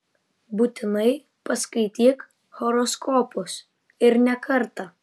būtinai paskaityk horoskopus ir ne kartą